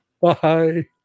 bye